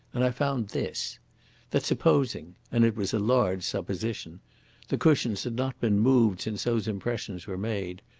and i found this that supposing and it was a large supposition the cushions had not been moved since those impressions were made,